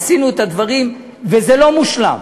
עשינו את הדברים, וזה לא מושלם.